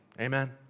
Amen